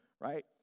right